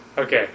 Okay